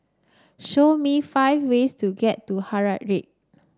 show me five ways to get to Harare